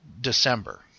december